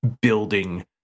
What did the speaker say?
building